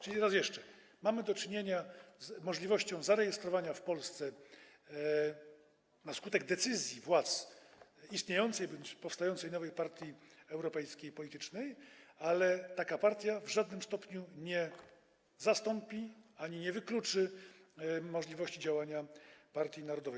Czyli raz jeszcze: Mamy do czynienia z możliwością zarejestrowania w Polsce, na skutek decyzji władz, istniejącej bądź powstającej nowej europejskiej partii politycznej, ale taka partia w żadnym stopniu nie zastąpi ani nie wykluczy możliwości działania partii narodowej.